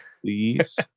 please